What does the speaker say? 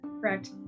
correct